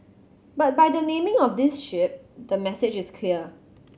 but by the naming of this ship the message is clear